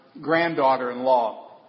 granddaughter-in-law